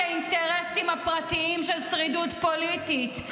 האינטרסים הפרטיים של שרידות פוליטית.